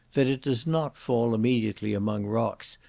that it does not fall immediately among rocks,